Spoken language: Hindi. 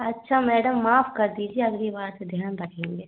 अच्छा मैडम माफ़ कर दीजिए अगली बार से ध्यान रखेंगे